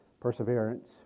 perseverance